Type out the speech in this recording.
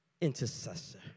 intercessor